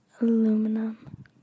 aluminum